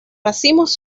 racimos